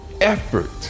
effort